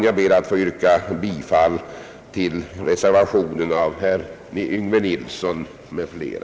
Jag ber att få yrka bifall till reservationen av herr Yngve Nilsson m.fl.